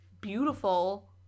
beautiful